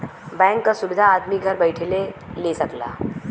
bank क सुविधा आदमी घर बैइठले ले सकला